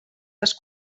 les